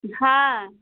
हाँ